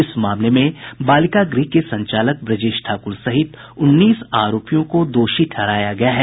इस मामले में बालिका गृह के संचालक ब्रजेश ठाकुर सहित उन्नीस आरोपियों को दोषी ठहराया गया है